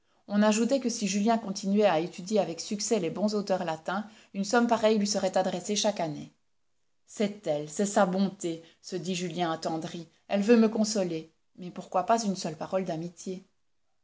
on ajoutait que si julien continuait à étudier avec succès les bons auteurs latins une somme pareille lui serait adressée chaque année c'est elle c'est sa bonté se dit julien attendri elle veut me consoler mais pourquoi pas une seule parole d'amitié